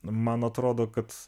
man atrodo kad